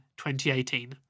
2018